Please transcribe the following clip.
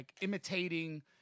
imitating